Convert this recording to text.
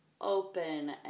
open